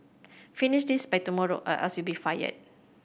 finish this by tomorrow or else you'll be fired